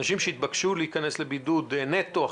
אנשים שהתבקשו להיכנס לבידוד נטו,